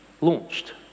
launched